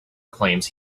claims